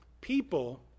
People